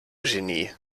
genie